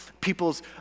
people's